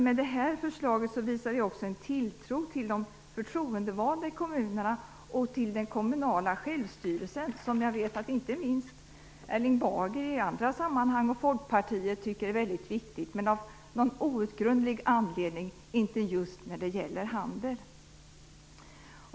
Med det här förslaget visar vi också en tilltro till de förtroendevalda i kommunerna och den kommunala självstyrelsen, som jag vet att inte minst Erling Bager och Folkpartiet i andra sammanhang tycker är väldigt viktig, men av någon outgrundlig anledning inte just när det gäller handel.